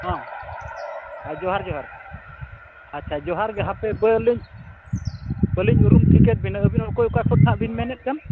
ᱦᱮᱸ ᱡᱚᱦᱟᱨ ᱡᱚᱦᱟᱨ ᱟᱪᱪᱷᱟ ᱡᱚᱦᱟᱨᱜᱮ ᱦᱟᱯᱮ ᱵᱟᱹᱞᱤᱧ ᱵᱟᱹᱞᱤᱧ ᱩᱨᱩᱢ ᱴᱷᱤᱠᱟᱹᱭᱮᱫᱵᱤᱱᱟ ᱟᱹᱵᱤᱱ ᱚᱠᱚᱭ ᱚᱠᱟᱠᱷᱚᱱ ᱱᱟᱦᱟᱜᱵᱤᱱ ᱢᱮᱱᱮᱫᱠᱟᱱᱟ